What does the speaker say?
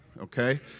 okay